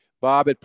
Bob